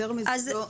יותר מזה,